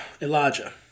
Elijah